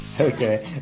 Okay